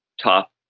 top